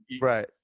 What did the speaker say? right